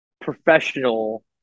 professional